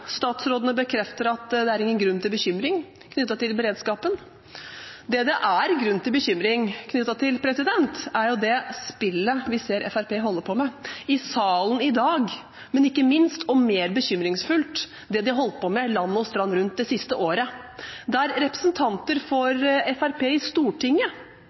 Statsrådene bekrefter at det er ingen grunn til bekymring knyttet til beredskapen. Det som det er grunn til bekymring for, er det spillet vi ser at Fremskrittspartiet holder på med i salen i dag, men ikke minst – og mer bekymringsfullt – det de har holdt på med land og strand rundt det siste året, der representanter for Fremskrittspartiet i Stortinget